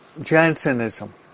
Jansenism